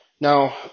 Now